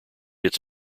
its